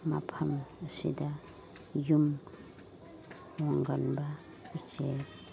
ꯃꯐꯝ ꯑꯁꯤꯗ ꯌꯨꯝ ꯍꯣꯡꯒꯟꯕ ꯎꯆꯦꯛ